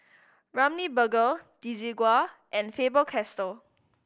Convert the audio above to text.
Ramly Burger Desigual and Faber Castell